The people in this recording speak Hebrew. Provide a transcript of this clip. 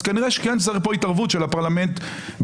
אז כנראה שכן צריך פה התערבות של הפרלמנט בישראל,